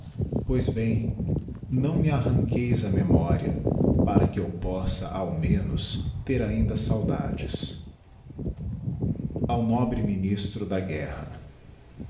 não me arranqueis a memoria para que eu possa ao menos ter ainda saudades ao nobre ministro da guerra